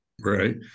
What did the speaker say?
Right